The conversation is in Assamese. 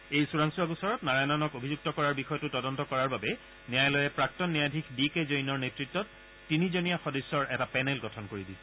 এই চোৰাংচোৱা গোচৰত নাৰায়ণনক অভিযুক্ত কৰাৰ বিষয়টো তদন্ত কৰাৰ বাবে ন্যায়ালয়ে প্ৰাক্তন ন্যায়াধীশ ডি কে জৈনৰ নেতৃত্বত তিনিজনীয়া সদস্যৰ এটা পেনেল গঠন কৰি দিছে